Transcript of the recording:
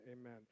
amen